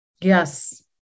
Yes